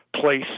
Place